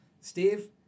Steve